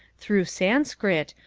through sanskrit,